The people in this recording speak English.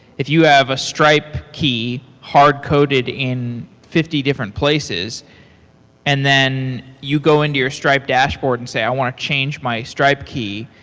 if you have a stripe key hardcoded in fifty different places and then you go in your stripe dashboard and say, i want change my stripe key.